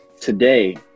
today